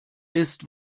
ist